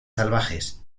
salvajes